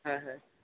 হয় হয়